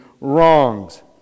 wrongs